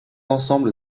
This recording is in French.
ensemble